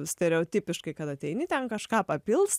stereotipiškai kad ateini ten kažką papils